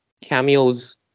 cameos